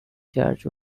church